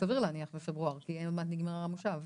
סביר להניח בפברואר, כי עוד מעט נגמר המושב.